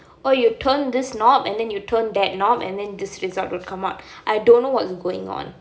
oh you turn this knob and then you turn that knob and then this result will come out I don't know what is going on